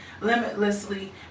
limitlessly